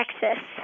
Texas